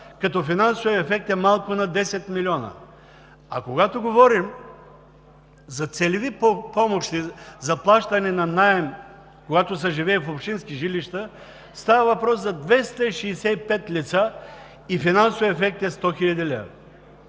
като финансовият ефект е малко над 10 милиона. А когато говорим за целеви помощи за плащане на наем, когато се живее в общински жилища, става въпрос за 265 лица и финансовият ефект е 100 хил. лв.